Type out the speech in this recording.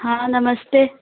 हाँ नमस्ते